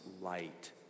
light